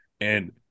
and-